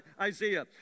Isaiah